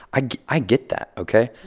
i i get that, ok?